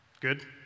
Good